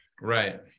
Right